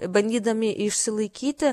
bandydami išsilaikyti